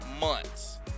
months